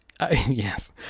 yes